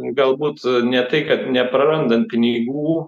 galbūt ne tai kad neprarandant pinigų